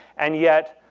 and yet,